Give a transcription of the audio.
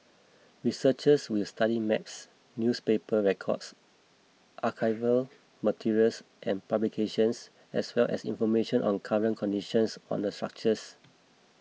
researchers will study maps newspaper records archival materials and publications as well as information on current conditions on the structures